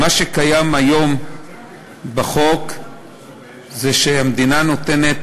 (תיקון מס' 4). מה שקיים היום בחוק זה שהמדינה נותנת